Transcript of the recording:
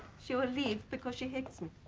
she would leave because she hates me